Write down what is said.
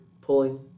pulling